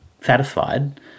satisfied